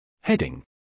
Heading